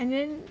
and then